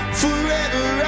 forever